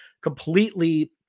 completely